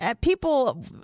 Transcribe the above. people